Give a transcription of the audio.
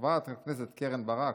חברת הכנסת קרן ברק,